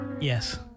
Yes